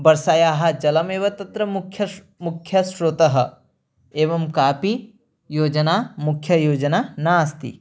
वर्षायाः जलमेव तत्र मुख्यः मुख्यः स्रोतः एवं कापि योजना मुख्या योजना नास्ति